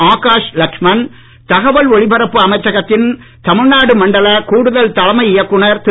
ஆகாஷ் லஷ்மன் தகவல் ஒலிபரப்பு அமைச்சகத்தின் தமிழ்நாடு மண்டலக் கூடுதல் தலைமை இயக்குநர் திரு